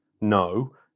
no